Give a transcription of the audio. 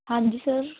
ਹਾਂਜੀ ਸਰ